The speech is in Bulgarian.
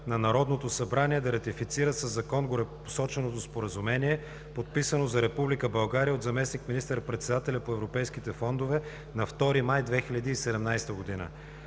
на Народното събрание да ратифицира със закон горепосоченото Споразумение, подписано за Република България от заместник-министър председателя по европейските фондове на 2 май 2017 г.